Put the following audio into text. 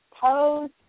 pose